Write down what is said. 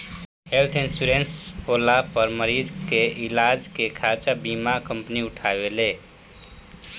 health insurance होला पर मरीज के इलाज के खर्चा बीमा कंपनी उठावेले